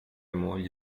mogli